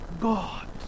God